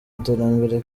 iterambere